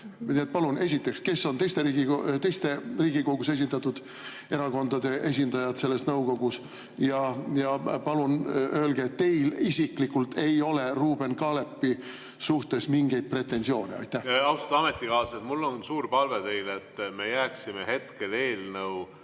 Palun öelge, kes on teiste Riigikogus esindatud erakondade esindajad selles nõukogus, ja palun öelge, et teil isiklikult ei ole Ruuben Kaalepi suhtes mingeid pretensioone. Austatud ametikaaslased! Mul on suur palve, et me jääksime hetkel eelnõu